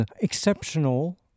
exceptional